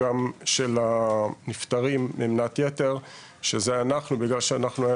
אבל גם של הנפטרים ממנת יתר שאלו אנחנו בגלל שהיה